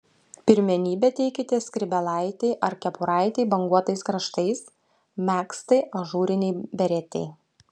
pirmenybę teikite skrybėlaitei ar kepuraitei banguotais kraštais megztai ažūrinei beretei